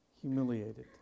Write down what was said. humiliated